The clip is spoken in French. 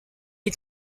est